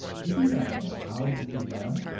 we do not know how this is done,